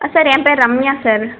ஆ sir ஏன் பேர் Ramya sir